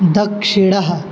दक्षिणः